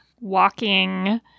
walking